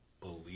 believe